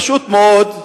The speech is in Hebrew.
פשוט מאוד,